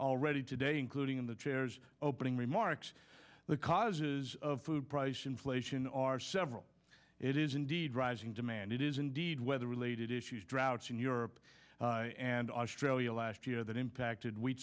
already today including in the chairs opening remarks the causes of food price inflation are several it is indeed rising demand it is indeed weather related issues droughts in europe and australia last year that impacted w